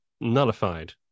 nullified